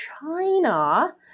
China